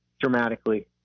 dramatically